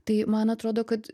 tai man atrodo kad